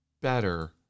better